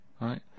right